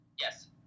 yes